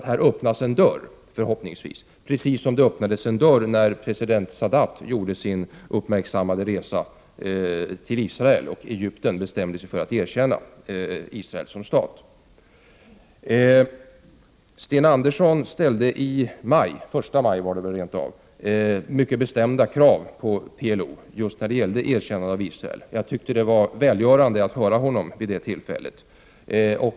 Här öppnas förhoppningvis en dörr, precis som det öppnades en dörr när president Sadat gjorde sin uppmärksammade resa till Israel och Egypten bestämde sig för att erkänna Israel som stat. Sten Andersson ställde den 1 maj mycket bestämda krav på PLO just när det gällde erkännandet av Israel. Jag tyckte att det vid det tillfället var välgörande att höra honom.